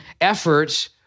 efforts